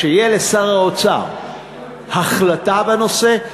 כשתהיה לשר האוצר החלטה בנושא,